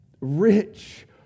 Rich